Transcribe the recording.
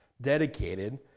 dedicated